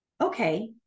okay